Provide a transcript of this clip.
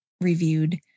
reviewed